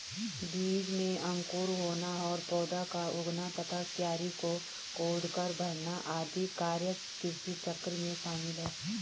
बीज में अंकुर होना और पौधा का उगना तथा क्यारी को कोड़कर भरना आदि कार्य कृषिचक्र में शामिल है